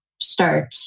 start